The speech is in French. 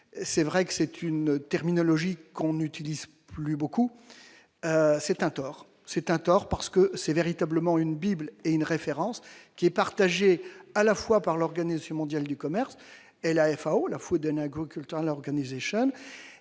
c'est vrai que c'est une terminologie qu'on utilise plus beaucoup, c'est un tort, c'est un tort, parce que c'est véritablement une bible est une référence qui est partagé à la fois par l'Organisation mondiale du commerce et la FAO, la foi d'un agriculteur l'organiser